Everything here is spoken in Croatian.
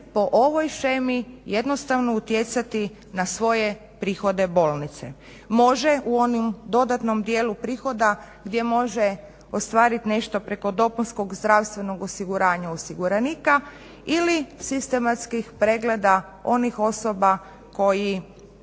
po ovoj shemi jednostavno utjecati na svoje prihode bolnice. Može u onom dodatnom dijelu prihoda gdje može ostvariti nešto preko dopunskog zdravstvenog osiguranja osiguranika ili sistematskih pregleda onih osoba koji